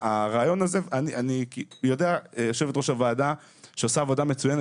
אני יודע שיושבת ראש הוועדה עושה עבודה מצוינת